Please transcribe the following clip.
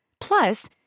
Plus